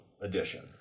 edition